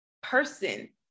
person